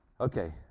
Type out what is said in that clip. okay